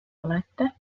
olete